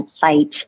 site